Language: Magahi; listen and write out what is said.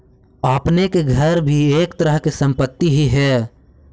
आपने के घर भी एक तरह के संपत्ति ही हेअ